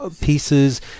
pieces